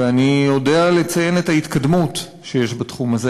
ואני יודע לציין את ההתקדמות שיש בתחום הזה